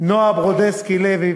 נועה ברודסקי-לוי.